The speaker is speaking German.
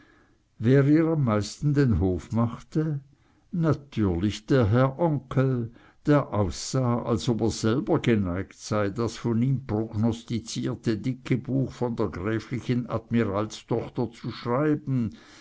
wer ihr am meisten den hof machte natürlich der herr onkel der aus sah als ob er selber geneigt sei das von ihm prognostizierte dicke buch von der gräflichen admiralstochter zu schreiben